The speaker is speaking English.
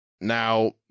now